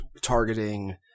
targeting